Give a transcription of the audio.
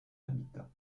habitat